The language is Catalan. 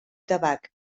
tabac